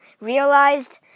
realized